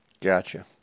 Gotcha